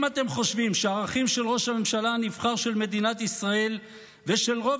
אם אתם חושבים שהערכים של ראש הממשלה הנבחר של מדינת ישראל ושל רוב